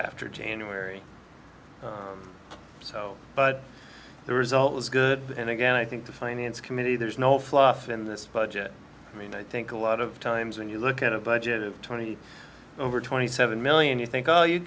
after january so but the result was good and again i think the finance committee there's no fluff in this budget i mean i think a lot of times when you look at a budget of twenty over twenty seven million you think you cou